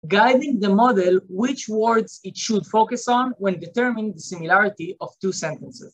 הדרך להכווין את המודל באיזו אפשרות יבחר היא לווסת את הסמיכות בין שני משפטים.